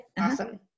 Awesome